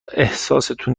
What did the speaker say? احساستون